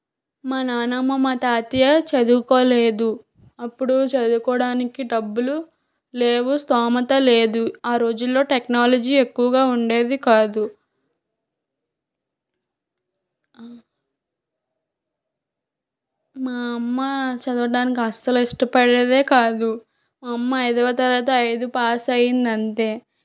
మా నానమ్మ మా తాతయ్య చదువుకోలేదు అప్పుడు చదువుకోడానికి డబ్బులు లేవు స్తోమత లేదు ఆ రోజులలో టెక్నాలజీ ఎక్కువగా ఉండేది కాదు మా అమ్మ చదవడానికి అసలు ఇష్టపడేది కాదు మా అమ్మ ఐదవ తరగతి ఐదు పాస్ అయింది అంతే